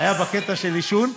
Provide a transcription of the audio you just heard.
היה בקטע של העישון.